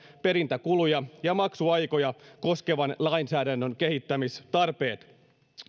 perintäkuluja ja maksuaikoja koskevan lainsäädännön kehittämistarpeet